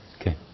Okay